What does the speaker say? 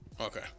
Okay